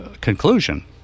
conclusion